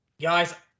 guys